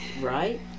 Right